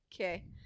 Okay